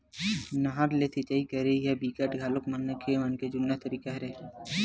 नहर ले सिचई करई ह बिकट घलोक मनखे के जुन्ना तरीका हरय